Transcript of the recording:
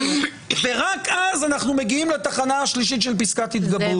ורק אז אנחנו מגיעים לתחנה השלישית של פסקת התגברות.